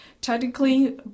Technically